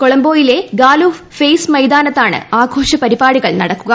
കൊളം ബോയിലെ ഗാലൂഹ് ഫെയ്സ് മൈതാനത്താണ് ആഘോഷ പരിപാടികൾ നടക്കുക